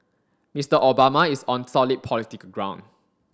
Mister Obama is on solid political ground